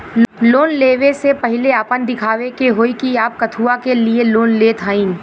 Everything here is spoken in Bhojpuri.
लोन ले वे से पहिले आपन दिखावे के होई कि आप कथुआ के लिए लोन लेत हईन?